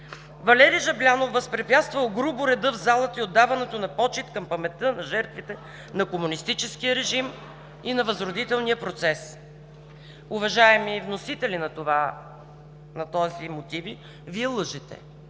„Валери Жаблянов възпрепятствал грубо реда в залата и отдаването на почит към паметта на жертвите на комунистическия режим и на възродителния процес“. Уважаеми вносители на тези мотиви, Вие лъжете!